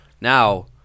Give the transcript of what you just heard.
Now